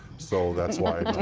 so that's why.